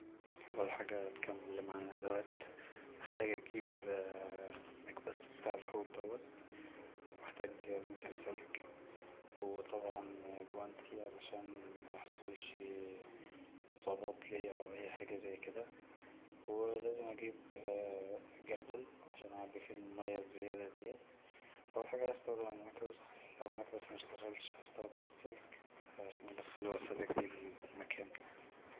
اول حاجه هتكلم عن الأدوات محتاج اجيب مكبس بتاع الحوض دا وهحتاج ممكن سلك وطبعا جوانتي علشان ميحصلش إصابات ليا او أي حاجه زي كدا ولازم اجيب جردل عشان اعبي فيه المايه الزياد دي اول حاجه هستخدم المكبس لو المكبس مشتغلش هستخدم السلك عشان ادخله واسلك بيه المكان